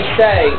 say